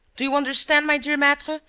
do you understand, my dear maitre,